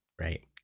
Right